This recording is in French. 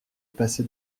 passé